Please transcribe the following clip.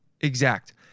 exact